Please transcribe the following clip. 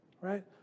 right